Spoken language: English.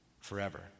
forever